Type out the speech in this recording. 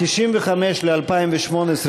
תקציבי 95, נמל חדרה, לשנת הכספים 2018, נתקבל.